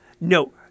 no